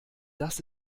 das